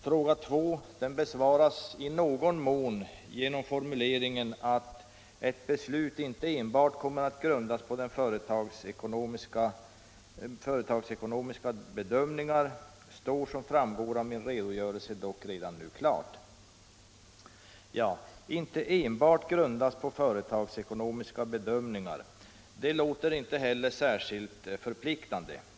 Fråga 2 besvaras i någon mån genom formuleringen: ” Att ett beslut inte enbart kommer att grundas på företagsekonomiska bedömningar står, som har framgått av min redogörelse, dock redan nu klart.” Att ett beslut ”inte enbart kommer att grundas på företagsekonomiska bedömningar” låter inte heller särskilt förpliktande.